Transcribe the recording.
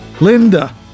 Linda